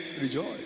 rejoice